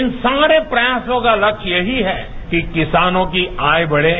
इन सारे प्रयासों का विकल्प यही है कि किसानों की आय बढ़े